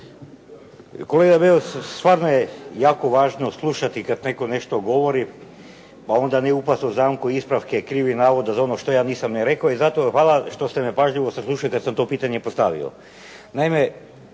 Kolega Beus stvarno je jako važno slušati kad netko nešto govori pa onda ne upasti u zamku ispravke krivih navoda za ono što ja nisam ni rekao i zato hvala što ste me pažljivo saslušali kad sam to pitanje postavio.